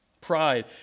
Pride